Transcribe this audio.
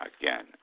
again